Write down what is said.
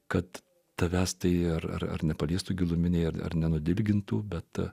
kad tavęs tai ar nepaliestų giluminiai ar ar nesudirgintų beta